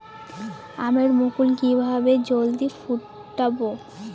আমের মুকুল কিভাবে জলদি ফুটাব?